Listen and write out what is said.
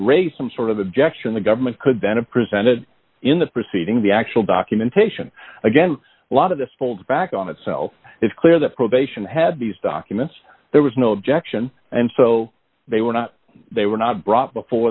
raised some sort of objection the government could then a presented in the proceeding the actual documentation again a lot of this falls back on itself it's clear that probation had these documents there was no objection and so they were not they were not brought before